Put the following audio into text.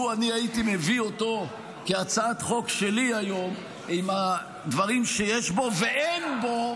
לו אני הייתי מביא אותו כהצעת חוק שלי היום עם הדברים שיש בו ואין בו,